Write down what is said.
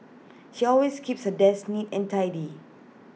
she always keeps her desk neat and tidy